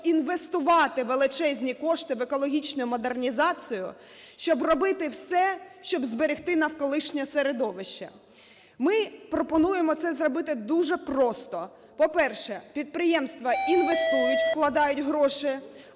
інвестувати величезні кошти в екологічну модернізацію, щоб робити все, щоб зберегти навколишнє середовище. Ми пропонуємо це зробити дуже просто. По-перше, підприємства інвестують, вкладають гроші,